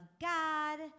God